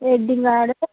wedding card